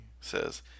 says